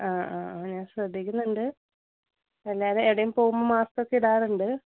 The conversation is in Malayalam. ആ ആ ഞാൻ ശ്രദ്ധിക്കുന്നുണ്ട് അല്ലാതെ എവിടെയും പോവുമ്പോൾ മാസ്ക്ക് ഒക്കെ ഇടാറുണ്ട്